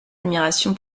admiration